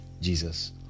jesus